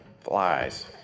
flies